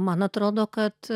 man atrodo kad